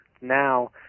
now